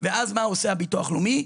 ואז מה עושה הביטוח הלאומי?